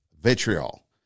vitriol